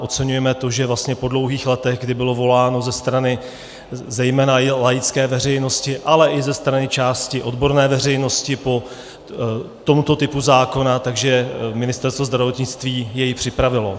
Oceňujeme to, že vlastně po dlouhých letech, kdy bylo voláno ze strany zejména i laické veřejnosti, ale i ze strany části odborné veřejnosti po tomto typu zákona, jej Ministerstvo zdravotnictví připravilo.